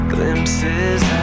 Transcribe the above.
Glimpses